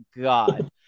God